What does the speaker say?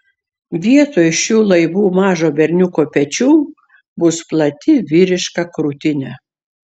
vietoj šių laibų mažo berniuko pečių bus plati vyriška krūtinė